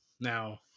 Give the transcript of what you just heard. Now